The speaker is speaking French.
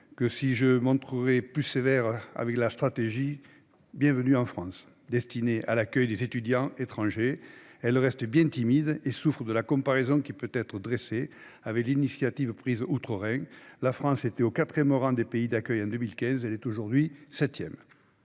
que je me montrerai plus sévère avec la stratégie Bienvenue en France, destinée à l'accueil des étudiants étrangers. Celle-ci reste bien timide et souffre de la comparaison qui peut être dressée avec les initiatives prises outre-Rhin. Si la France occupait le quatrième rang des pays d'accueil en 2015, elle est désormais septième.